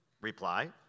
Reply